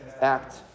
act